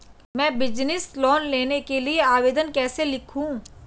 मैं business loan के लिए आवेदन कैसे लिखूँ?